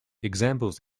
examples